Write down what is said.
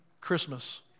Christmas